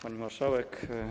Pani Marszałek!